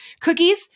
Cookies